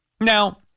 Now